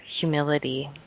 humility